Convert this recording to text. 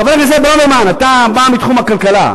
חבר הכנסת ברוורמן, אתה בא מתחום הכלכלה,